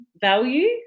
value